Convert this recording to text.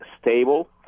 stable